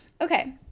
Okay